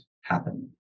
happen